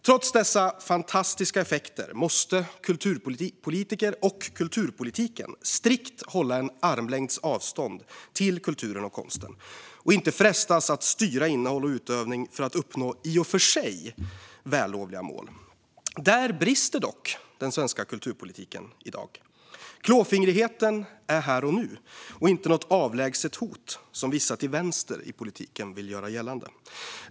Trots dessa fantastiska effekter måste kulturpolitiker och kulturpolitiken strikt hålla en armlängds avstånd till kulturen och konsten och inte frestas att styra innehåll och utövning för att uppnå i och för sig vällovliga mål. Där brister dock den svenska kulturpolitiken i dag. Klåfingrigheten är här och nu och inte något avlägset hot, som vissa till vänster i politiken vill göra gällande.